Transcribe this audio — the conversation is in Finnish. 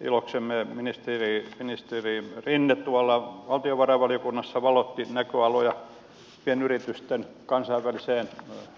iloksemme ministeri rinne valtiovarainvaliokunnassa valotti näköaloja pienyritysten